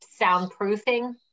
soundproofing